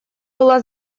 была